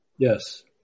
Yes